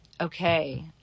Okay